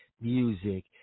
music